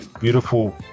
beautiful